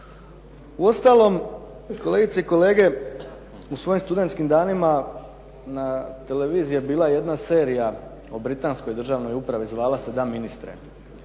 Uostalom, kolegice i kolege u svojim studentskim danima na televiziji je bila jedna serija o britanskoj državnoj upravi, zvala se "Da, ministre!",